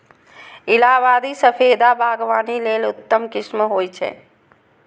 इलाहाबादी सफेदा बागवानी लेल उत्तम किस्म होइ छै